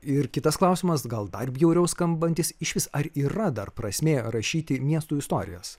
ir kitas klausimas gal dar bjauriau skambantis išvis ar yra dar prasmė rašyti miestų istorijas